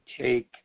take